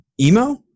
emo